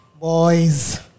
Boys